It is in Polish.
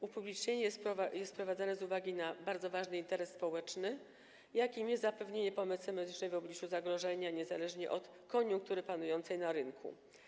Upublicznienie jest wprowadzane z uwagi na bardzo ważny interes społeczny, jakim jest zapewnienie pomocy medycznej w obliczu zagrożenia niezależnie od koniunktury panującej na rynku.